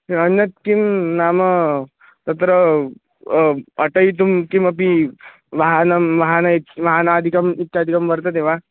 अन्यत् किं नाम तत्र अटयितुं किमपि वाहनं वाहनम् इत् वाहनादिकम् इत्यादिकं वर्तते वा